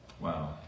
Wow